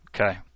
Okay